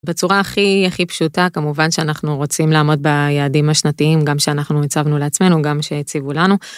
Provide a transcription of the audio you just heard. בצורה הכי הכי פשוטה כמובן שאנחנו רוצים לעמוד ביעדים השנתיים גם שאנחנו הצבנו לעצמנו גם שהציבו לנו.